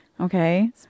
Okay